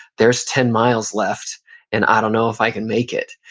there's ten miles left and i don't know if i can make it.